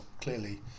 clearly